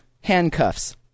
Handcuffs